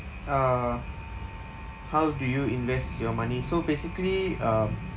uh how do you invest your money so basically um